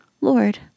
Lord